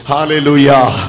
Hallelujah